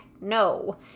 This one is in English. no